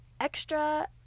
extra